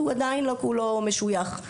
עדיין לא כולו משויך.